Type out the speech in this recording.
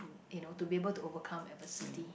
you know to be able to overcome adversity